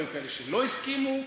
היו כאלה שלא הסכימו,